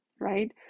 right